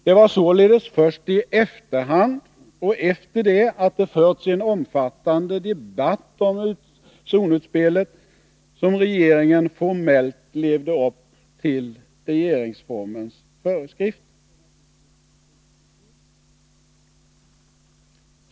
Det var således först i efterhand och efter det att det förts en omfattande debatt om zonutspelet som regeringen formellt levde upp till regeringsformens föreskrifter.